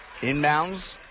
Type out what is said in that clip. Inbounds